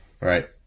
Right